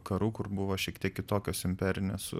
karų kur buvo šiek tiek kitokios imperinės